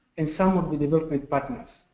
and some of the development partners.